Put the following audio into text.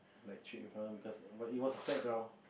like trip in front her because but it was a flat ground